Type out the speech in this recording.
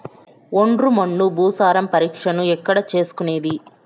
ఒండ్రు మన్ను భూసారం పరీక్షను ఎక్కడ చేసుకునేది?